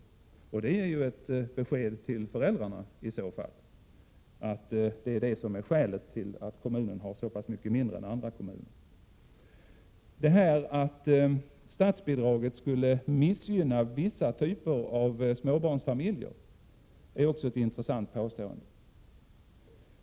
Detta innebär ju ett besked till föräldrarna, nämligen att det är detta som är skälet till att en viss kommun har så pass mycket mindre volym än andra kommuner. Att statsbidraget skulle missgynna vissa småbarnsfamiljer är också ett intressant påstående.